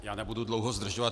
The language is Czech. Já nebudu dlouho zdržovat.